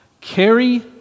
Carry